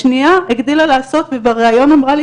השנייה הגדילה לעשות ובריאיון אמרה לי